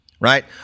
right